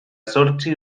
zortzi